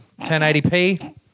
1080p